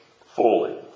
fully